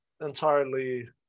entirely